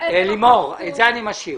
את זה אני משאיר.